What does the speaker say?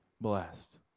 blessed